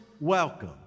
welcome